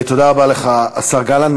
תודה רבה לך, השר גלנט.